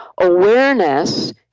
awareness